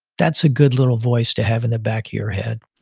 that's a good little voice to have in the back of your head